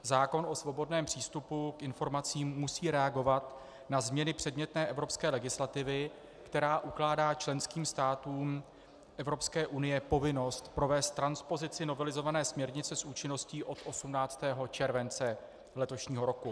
Zákon o svobodném přístupu k informacím musí reagovat na změny předmětné evropské legislativy, která ukládá členským státům Evropské unie povinnost provést transpozici novelizované směrnice s účinností od 18. července letošního roku.